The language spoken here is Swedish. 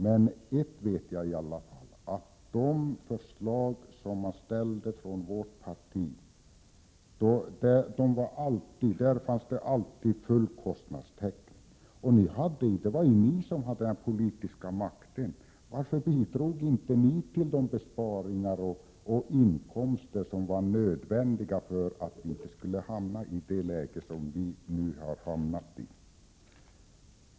Men ett vet jag i alla fall: i de förslag som vårt parti ställde fanns det alltid full kostnadstäckning. Och det var ju ni som hade den politiska makten — varför bidrog inte ni till de besparingar och inkomster som var nödvändiga för att vi skulle slippa hamna i det läge som vi nu har hamnat i?